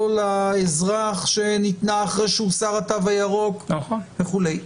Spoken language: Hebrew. לאזרח ניתנה אחרי שהוסר התו הירוק וכולי.